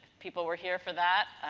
people were here for that.